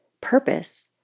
purpose